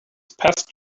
past